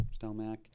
Stelmack